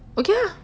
okay ah